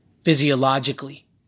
physiologically